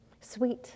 sweet